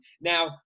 Now